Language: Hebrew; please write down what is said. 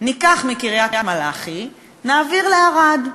ניקח מקריית-מלאכי, נעביר לערד.